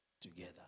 Together